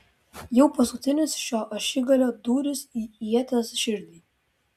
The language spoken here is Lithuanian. jau paskutinis šio ašigalio dūris į ieties širdį